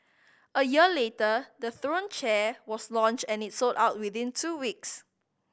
a year later the Throne chair was launched and it sold out within two weeks